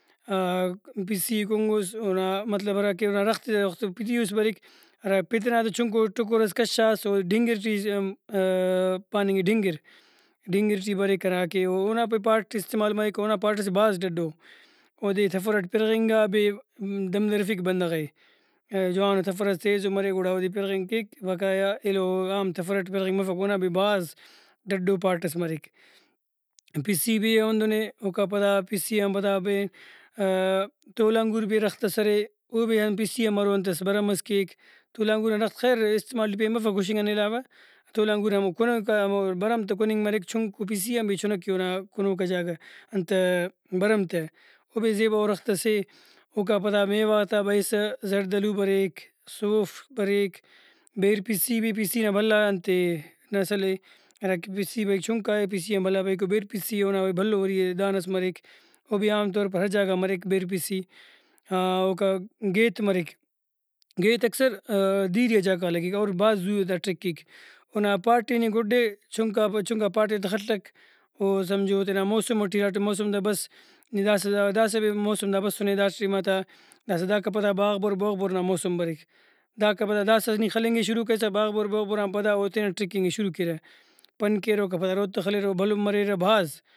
پِسی ئے کُنگس اونا مطلب ہراکہ اونا رختے او پِتی اوس بریک ہرا پِت ئنا تہ چُنکو ٹُکر ئس کشاس او ڈنگر ٹی پاننگک ڈنگر ڈنگر ٹی بریک ہرا کہ اونا پائے پاٹ استعمال مریک اونا پاٹ سے بھاز ڈڈو اودے تفر ئٹ پرغنگا بھی دم دریفک بندغے جوانو تفرس تیزو مرے گڑا اودے پرغنگ کیک بقایا ایلو عام تفر ٹ پرغنگ مفک اونا بھی بھاز ڈڈو پاٹ ئس مریک پِسی بھی ہندنے اوکا پدا پِسی آن پدا برے تولہ انگور بھی رخت ئس ارے او بھی ہندن پِسی آن بارو انتس بھرم ئس کیک تولہ انگور نا رخت خیر استعمال ٹی پین بفک ہُشنگ آن علاوہ تولہ انگور نا ہموکنوکا ہمو بھرم تہ کُننگ مریک چُنکو پِسی آن بھی چُنک اے اونا کنوکا جاگہ انت بھرم تہ او بھی زیباؤ درخت سے ۔اوکا پدا میوہ غاتا بریسہ زڑدلو بریک سوف بریک بیر پسی بھی پسی نا بھلا انتے نسل اے ہراکہ پسی بریک چُنکائے پسی آن بھلا بریک او بیر پسی اے اونا وری بھلو وری دانس مریک او بھی عام طور پر ہر جاگہ غا مریک بیر پسی آ اوکا گیت مریک۔ گیت اکثر دیری آ جاگہ غا لگیک اور بھاز زو دا ٹرکیک اونا پاٹ ئے نی گُڈے چُنکا چُنکا پاٹ ئے تہ خلک او سمجھو او تینا موسم ٹی ہرا ٹائم موسم تہ بس نی داسہ دا داسہ بھی موسم تہ بسنے دا ٹائماتا داسہ داکا پدا باغبر بوغبر نا موسم بریک۔ داکا پدا داسہ نی خلنگ ئے شروع کریس تہ باغبر بوغبر آن پدا او تینٹ ٹرکینگ ئے شروع کیرہ پن کیرہ اوکا پدا روتہ خلیرہ او بھلن مریرہ بھاز